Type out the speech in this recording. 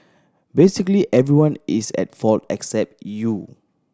basically everyone is at fault except you